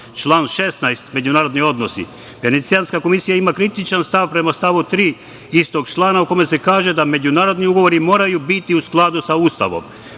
16. međunarodni odnosi. Venecijanska komisija ima kritičan stav prema stavu 3. istog člana, u kome se kaže da međunarodni ugovori moraju biti u skladu sa